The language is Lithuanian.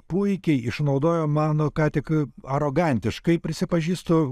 puikiai išnaudojo mano ką tik arogantiškai prisipažįstu